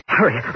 Hurry